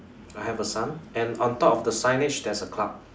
I have a sun and on top of the signage there's a cloud